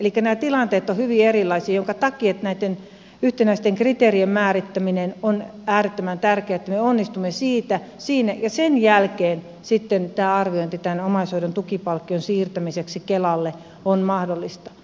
elikkä nämä tilanteet ovat hyvin erilaisia minkä takia on äärettömän tärkeää että me onnistumme näitten yhtenäisten kriteerien määrittämisessä ja sen jälkeen arviointi omaishoidon tukipalkkion siirtämiseksi kelalle on mahdollista